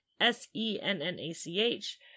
S-E-N-N-A-C-H